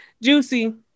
Juicy